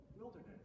wilderness